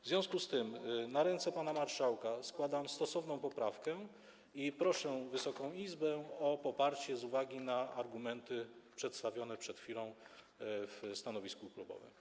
W związku z tym na ręce pana marszałka składam stosowną poprawkę i proszę Wysoką Izbę o poparcie z uwagi na argumenty przedstawione przed chwilą w stanowisku klubowym.